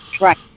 Right